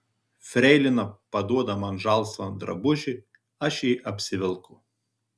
freilina paduoda man žalsvą drabužį aš jį apsivelku